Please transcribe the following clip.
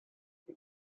yes